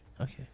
Okay